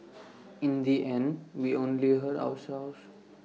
in the end we only hurt ourselves